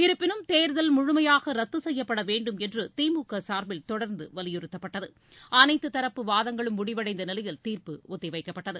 இருப்பினும் தேர்தல் முழுமையாக ரத்து செய்யப்படவேண்டும் என்று திமுக சார்பில் தொடர்ந்து வலியுறுத்தப்பட்டது அனைத்து தரப்பு வாதங்களும் முடிவடைந்த நிலையில் தீர்ப்பு ஒத்திவைக்கப்பட்டது